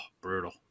brutal